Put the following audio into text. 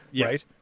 right